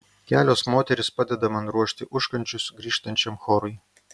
kelios moterys padeda man ruošti užkandžius grįžtančiam chorui